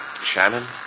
Shannon